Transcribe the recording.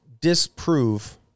disprove